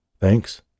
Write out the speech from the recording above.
Thanks